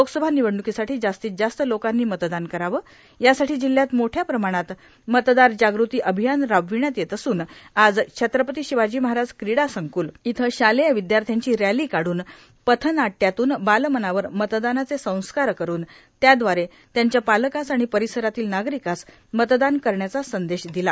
लोकसभा र्वनवडणूकोसाठो जास्तीत जास्त लोकांनी मतदान करावं यासाठी जिल्हयात मोठया प्रमाणात मतदार जागृती अभभयान रार्बावण्यात येत असून आज छत्रपती र्शिवाजी महाराज क्रिडा संकूल इथं शालेय र्विद्याथ्याची रॅलां काढून पथनाटयातून बालमनावर मतदानाचे संस्कार करुन त्यादवारे त्यांच्या पालकांस आर्गाण पर्रसरातील नार्गारकास मतदान करण्याचा संदेश र्दिला